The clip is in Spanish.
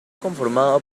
conformado